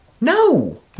No